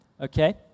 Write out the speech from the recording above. Okay